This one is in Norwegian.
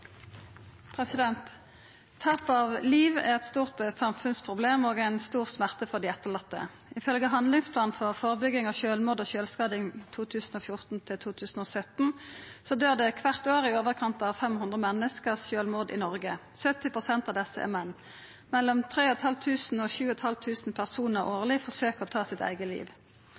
omme. Tap av liv er eit stort samfunnsproblem og ei stor smerte for dei etterlatne. Ifølgje Handlingsplan for forebygging av selvmord og selvskading 2014–2017 døyr det kvart år i overkant av 500 menneske av sjølvmord i Noreg. 70 pst. av desse er menn. Mellom 3 500 og 7 500 personar forsøkjer årleg å ta sitt eige liv.